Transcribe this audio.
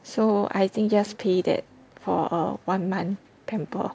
so I think just pay that for a one month pamper